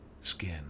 Skin